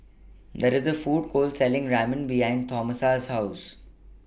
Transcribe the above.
There IS A Food Court Selling Ramen behind Tomasa's House